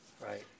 right